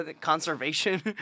conservation